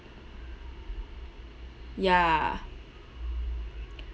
ya